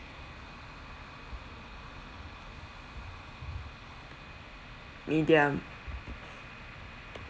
medium